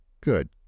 Good